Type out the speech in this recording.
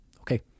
Okay